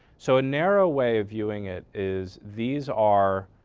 so a narrow way of viewing it is these are,